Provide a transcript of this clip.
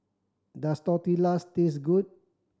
does Tortillas taste good